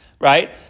right